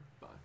bye